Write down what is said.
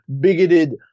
bigoted